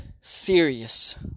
serious